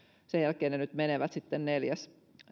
sen jälkeen nyt menevät sitten neljäs